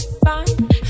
fine